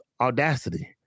audacity